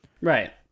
Right